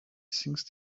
since